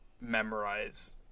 memorize